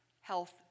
health